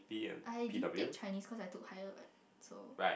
I didn't take Chinese cause I took higher what so